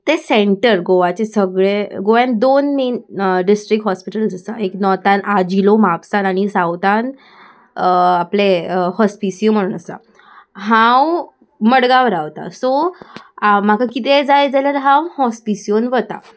तें सेंटर गोवाचे सगळें गोंयांत दोन मेन डिस्ट्रीक्ट हॉस्पिटल्स आसा एक नॉर्थान आजिलो म्हापसान आनी सावथान आपले हॉस्पीसीयो म्हणून आसा हांव मडगांव रावतां सो म्हाका कितेंय जाय जाल्यार हांव हॉस्पीसीओन वता